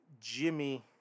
Jimmy